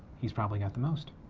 he's probably got the most.